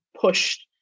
pushed